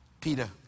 Peter